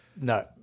no